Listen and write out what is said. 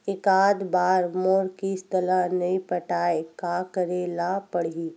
एकात बार मोर किस्त ला नई पटाय का करे ला पड़ही?